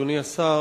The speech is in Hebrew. אדוני השר,